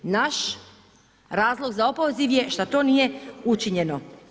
Naš razlog za opoziv je šta to nije učinjeno.